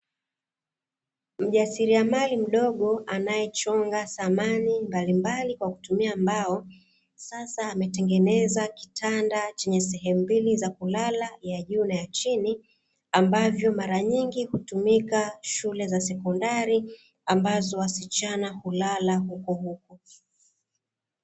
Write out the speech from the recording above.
Mjasiriamali mdogo anaechonga samani mbalimbali kwa kutumia mbao, sasa ametengeneza kitanda chenye sehemu mbili za kulala ya juu na ya chini, ambavyo mara nyingi hutumika katika shule za sekondari, ambazo wanafunzi hulala huko huko.